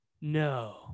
No